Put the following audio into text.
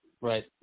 Right